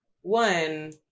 one